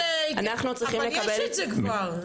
אנחנו צריכים לקבל אבל יש את זה כבר,